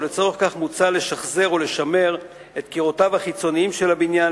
ולצורך כך מוצע לשחזר ולשמר את קירותיו החיצוניים של הבניין,